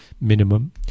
minimum